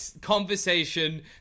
conversation